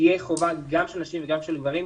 גם לנשים וגם לגברים?